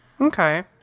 Okay